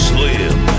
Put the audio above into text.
Slim